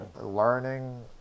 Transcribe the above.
learning